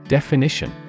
Definition